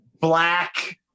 black